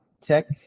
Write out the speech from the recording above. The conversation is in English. tech